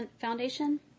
Foundation